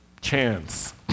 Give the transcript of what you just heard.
chance